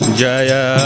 jaya